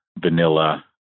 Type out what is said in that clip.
vanilla